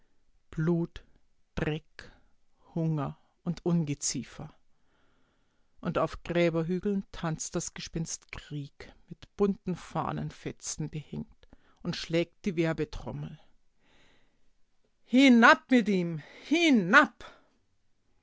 blut dreck hunger und ungeziefer und auf gräberhügeln tanzt das gespenst krieg mit bunten fahnenfetzen behängt und schlägt die werbetrommel hinab mit ihm